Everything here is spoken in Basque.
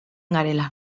garela